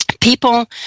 People